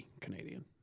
Canadian